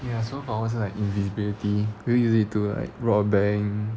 ya so normally like invisibility will us you use it to like rob a bank